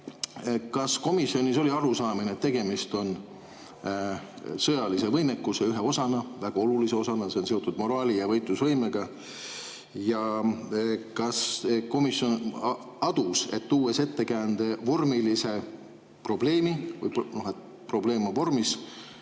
Kas komisjonis oli arusaamine, et tegemist on sõjalise võimekuse ühe osaga, väga olulise osaga, mis on seotud moraali ja võitlusvõimega? Ja kas komisjon adus, et tuues ettekäändeks vormilise probleemi või selle, et probleem on vormis,